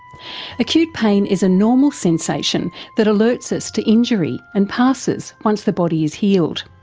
acute pain is a normal sensation that alerts us to injury and passes once the body is healed.